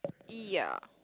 ya